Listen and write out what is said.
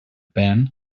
pan